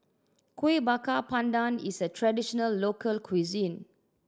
Kueh Bakar Pandan is a traditional local cuisine